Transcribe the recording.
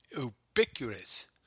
ubiquitous